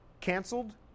canceled